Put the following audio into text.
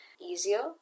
easier